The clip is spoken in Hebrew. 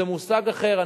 זה מושג אחר,